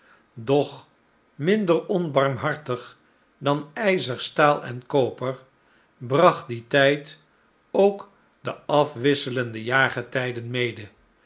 doch minder onbarmhartig dan ijzer staal en koper bracht die tijd ook de afwisselende jaargetijden mede